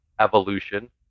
evolution